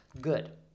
Good